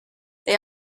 they